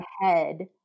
head